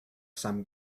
some